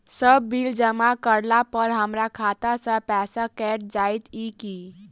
Sir bill जमा करला पर हमरा खाता सऽ पैसा कैट जाइत ई की?